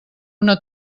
una